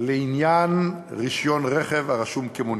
לעניין רישיון רכב הרשום כמונית.